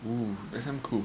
oo that is cool